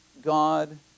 God